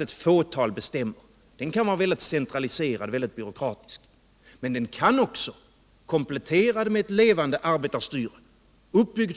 En planekonomi kan vara mycket centraliserad och mycket byråkratisk och konstruerad så att ett fåtal bestämmer. Men den kan också från början vara uppbyggd